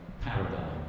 paradigm